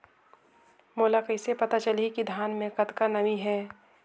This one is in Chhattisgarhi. मोला कइसे पता चलही की धान मे कतका नमी हे?